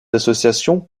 associations